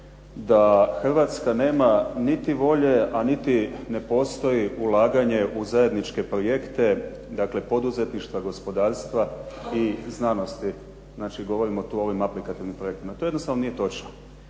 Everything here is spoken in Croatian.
da Hrvatska nema niti volje a niti ne postoji ulaganje u zajedničke projekte, dakle poduzetništva, gospodarstva i znanosti. Znači govorimo o tim aplikativnim projektima. To jednostavno nije točno.